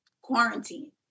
quarantine